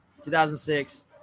2006